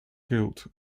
guilt